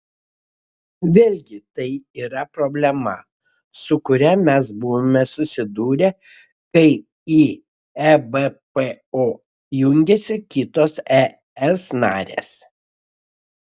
vėlgi tai yra problema su kuria mes buvome susidūrę kai į ebpo jungėsi kitos es narės